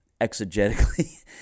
exegetically